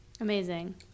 amazing